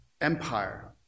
empire